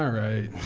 um right.